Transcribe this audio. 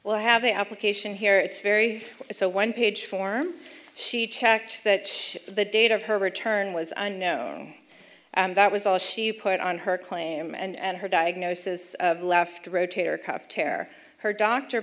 well i have a application here it's very it's a one page form she checked that the date of her return was unknown and that was all she put on her claim and her diagnosis left rotator cuff tear her doctor